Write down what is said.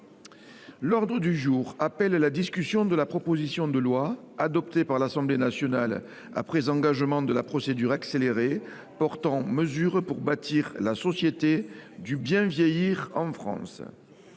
L’ordre du jour appelle la discussion de la proposition de loi, adoptée par l’Assemblée nationale après engagement de la procédure accélérée, portant mesures pour bâtir la société du bien vieillir en France